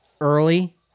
early